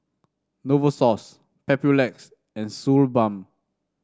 Novosource Papulex and Suu Balm